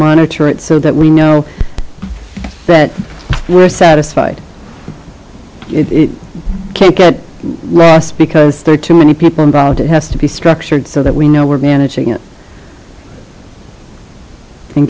monitor it so that we know that we're satisfied it can't get ross because there are too many people involved it has to be structured so that we know we're banishing it